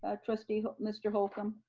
ah trustee, mr. holcombe?